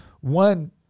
One